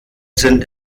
sind